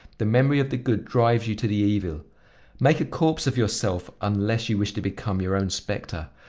the memory of the good drives you to the evil make a corpse of yourself unless you wish to become your own specter.